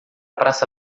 praça